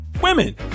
Women